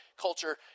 culture